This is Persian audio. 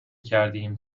کردیم